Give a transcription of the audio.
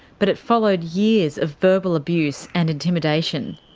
but it followed years of verbal abuse and intimidation.